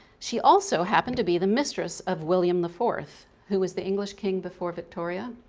she also happened to be the mistress of william the fourth who was the english king before victoria.